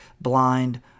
blind